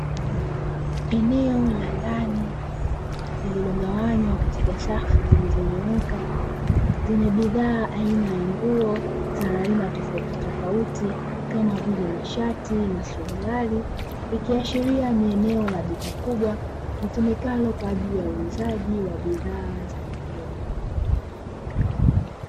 Eneo la ndani liliogawanywa katika safu zilizonyooka zenye bidhaa aina ya nguo aina tofautitofauti kama vile mashati na suruali. Ikiashiria ni eneo la duka kubwa litumikalo kwa ajili ya uuzaji wa bidhaa za nguo.